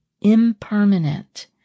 impermanent